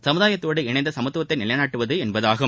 சமுதாயத்தோடு இணைந்த சமத்துவத்தை நிலைநாட்டுவது என்பதாகும்